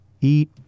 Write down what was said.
Eat